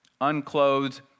unclothed